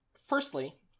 firstly